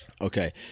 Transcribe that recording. Okay